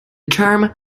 term